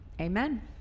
Amen